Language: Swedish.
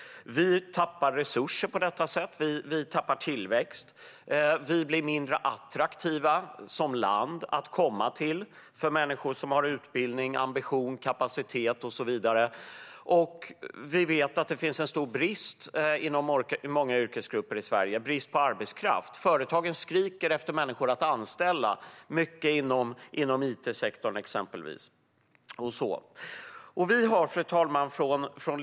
Vi tappar resurser på detta sätt. Vi tappar tillväxt. Som land blir Sverige mindre attraktivt för människor som har utbildning, ambition, kapacitet och så vidare. Vi vet att det finns en stor brist på arbetskraft i Sverige inom många yrkesgrupper. Företagen skriker efter människor att anställa, exempelvis inom it-sektorn. Fru talman!